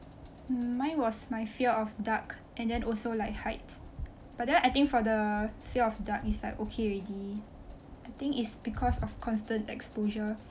mm mine was my fear of dark and then also like height but then I think for the fear of dark is like okay already I think it's because of constant exposure